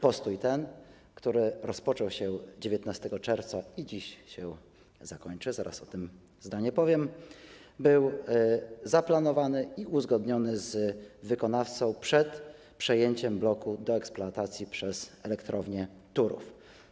Postój ten, który rozpoczął się 19 czerwca i dziś się zakończy - zaraz o tym zdanie powiem - był zaplanowany i uzgodniony z wykonawcą przed przejęciem bloku i przekazaniem do eksploatacji przez Elektrownię Turów.